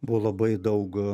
buvo labai daug